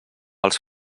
els